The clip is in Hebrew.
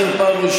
(חבר הכנסת אבידר יוצא מאולם המליאה.)